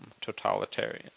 totalitarian